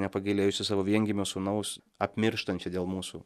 nepagailėjusia savo viengimio sūnaus apmirštančia dėl mūsų